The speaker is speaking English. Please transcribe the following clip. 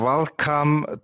Welcome